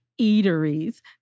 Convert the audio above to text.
eateries